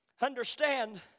Understand